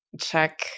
check